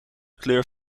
kleur